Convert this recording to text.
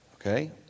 okay